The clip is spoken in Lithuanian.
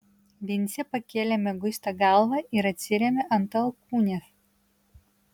vincė pakėlė mieguistą galvą ir atsirėmė ant alkūnės